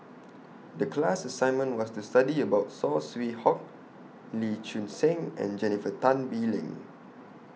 The class assignment was to study about Saw Swee Hock Lee Choon Seng and Jennifer Tan Bee Leng